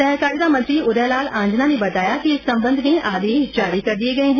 सहकारिता मंत्री उदयलाल आंजना ने बताया कि इस संबंध में आदेश जारी कर दिए गए हैं